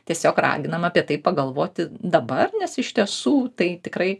tiesiog raginame apie tai pagalvoti dabar nes iš tiesų tai tikrai